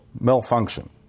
malfunction